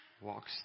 walks